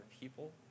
people